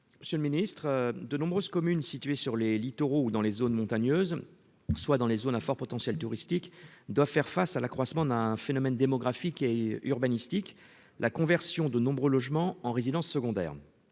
Monsieur le ministre, de nombreuses communes, situées sur les littoraux ou dans les zones montagneuses, soit dans les zones à fort potentiel touristique, doivent faire face à l'accroissement d'un phénomène démographique et urbanistique : la conversion de nombreux logements en résidences secondaires.